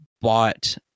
bought